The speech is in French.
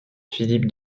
philippe